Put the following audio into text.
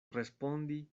respondi